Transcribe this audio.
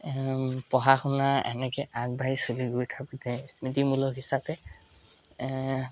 পঢ়া শুনা এনেকৈ আগবাঢ়ি চলি গৈ থাকোঁতে স্মৃতিমূলক হিচাপে